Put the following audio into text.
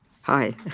Hi